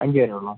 അഞ്ചേ വരുന്നുള്ളോ